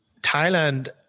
Thailand